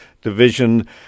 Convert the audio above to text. division